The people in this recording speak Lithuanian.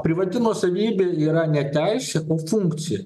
privati nuosavybė yra neteisėta funkcija